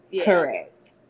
correct